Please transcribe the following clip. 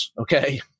Okay